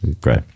Great